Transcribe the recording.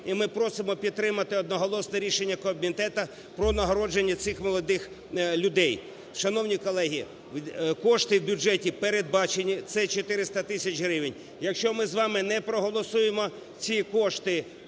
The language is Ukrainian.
І ми просимо підтримати одноголосне рішення комітету про нагородження цих молодих людей. Шановні колеги, кошти в бюджеті передбачені - це 400 тисяч гривень. Якщо ми з вами не проголосуємо, ці кошти